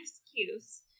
excuse